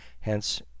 hence